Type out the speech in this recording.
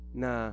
na